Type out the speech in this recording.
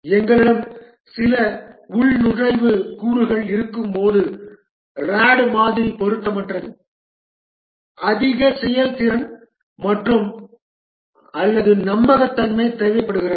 எங்களிடம் சில உள்நுழைவு கூறுகள் இருக்கும்போது RAD மாதிரி பொருத்தமற்றது அதிக செயல்திறன் அல்லது நம்பகத்தன்மை தேவைப்படுகிறது